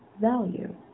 value